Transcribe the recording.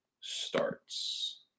starts